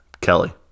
Kelly